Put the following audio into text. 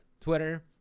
Twitter